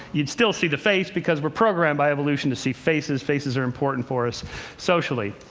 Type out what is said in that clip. you'd still see the face, because we're programmed by evolution to see faces. faces are important for us socially.